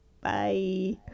bye